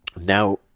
Now